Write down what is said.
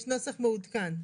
יש נוסח מעודכן.